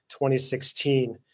2016